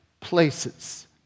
places